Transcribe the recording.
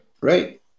Right